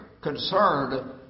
concerned